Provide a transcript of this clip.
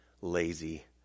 lazy